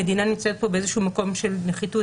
המדינה נמצאת כאן באיזשהו מקום של נחיתות.